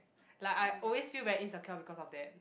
like I always felt very insecure because of that